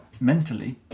mentally